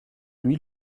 lui